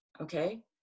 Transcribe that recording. okay